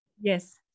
yes